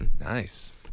Nice